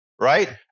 right